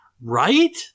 Right